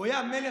הוא היה מלך,